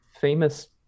famous